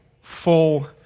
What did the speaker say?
full